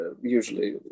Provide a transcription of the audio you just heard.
usually